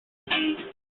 days